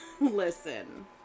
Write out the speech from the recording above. Listen